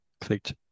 clicked